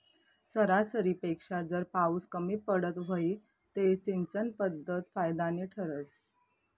सरासरीपेक्षा जर पाउस कमी पडत व्हई ते सिंचन पध्दत फायदानी ठरस